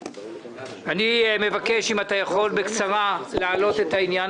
אני מבקש אם אתה יכול בקצרה להציג את עניין